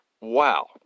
wow